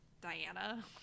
Diana